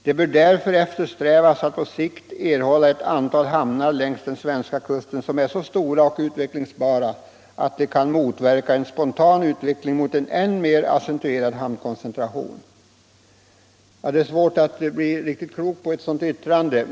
Det bör därför eftersträvas att på sikt erhålla ett antal hamnar längs den svenska kusten som är så stora och utvecklingsbara att de kan motverka en spontan utveckling mot en än mer accentuerad hamnkoncentration.” Det är svårt att bli riktigt klok på ett sådant yttrande.